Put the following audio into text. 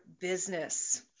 business